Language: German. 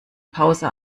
pause